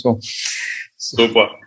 Super